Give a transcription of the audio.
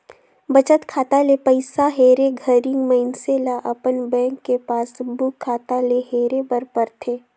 बचत खाता ले पइसा हेरे घरी मइनसे ल अपन बेंक के पासबुक खाता ले हेरे बर परथे